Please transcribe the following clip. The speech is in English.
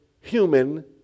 human